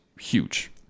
huge